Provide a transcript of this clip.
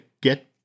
get